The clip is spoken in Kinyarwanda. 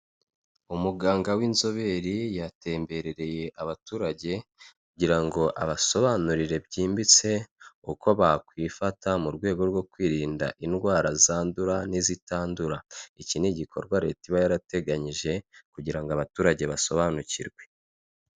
Umuganga w'inzobere yatemberereye abaturage kugira ngo abasobanurire byimbitse uko bakwifata mu rwego rwo kwirinda indwara zandura n'izitandura, iki ni igikorwa leta iba yarateganyije kugira ngo abaturage basobanukirwe.